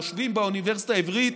יושבים באוניברסיטה העברית,